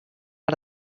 out